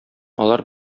алар